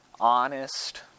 honest